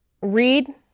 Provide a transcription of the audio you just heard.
read